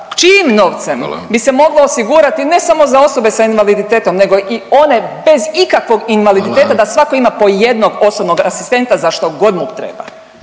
Hvala./... … bi se moglo osigurati, ne samo za osobe s invaliditetom nego i one bez ikakvog invaliditeta… .../Upadica: Hvala./... … da svatko ima po jednog osobnog asistenta za što god mu treba.